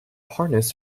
harness